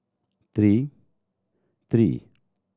three three